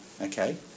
okay